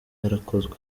yarakozwe